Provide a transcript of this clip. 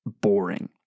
boring